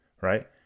right